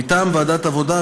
מטעם ועדת העבודה,